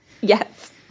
yes